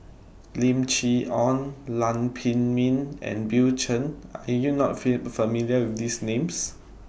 Lim Chee Onn Lam Pin Min and Bill Chen Are YOU not feel familiar with These Names